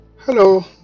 Hello